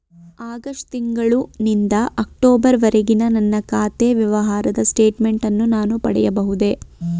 August ತಿಂಗಳು ನಿಂದ October ವರೆಗಿನ ನನ್ನ ಖಾತೆ ವ್ಯವಹಾರದ ಸ್ಟೇಟ್ಮೆಂಟನ್ನು ನಾನು ಪಡೆಯಬಹುದೇ?